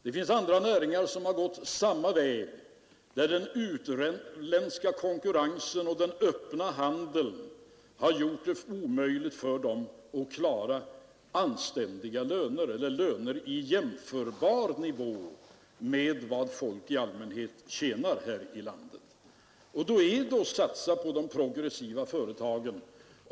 Det finns andra näringar som har gått samma väg när den utländska konkurrensen och den öppna handeln har gjort det omöjligt för dem att klara anständiga löner — eller löner i en nivå som är jämförbar med vad folk i allmänhet tjänar här i landet. Och då är det nödvändigt att satsa på de progressiva företagen.